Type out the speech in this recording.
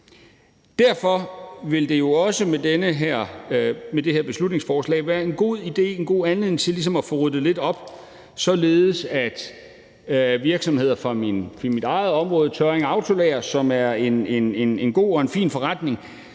Derfor vil det jo også med det her beslutningsforslag være en god anledning til ligesom at få ryddet lidt op, således at virksomheder fra mit eget område, Tørring Autolager, som er en god og fin forretning,